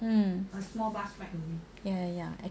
um ya ya ya